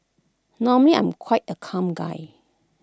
normally I'm quite A calm guy